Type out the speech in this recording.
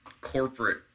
corporate